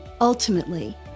ultimately